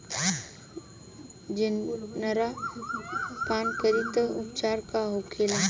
जनेरा पान करी तब उपचार का होखेला?